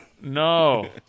No